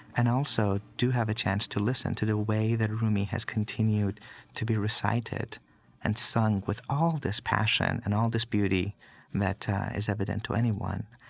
and also do have a chance to listen to the way that rumi has continued to be recited and sung with all this passion and all this beauty that is evident to anyone.